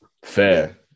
Fair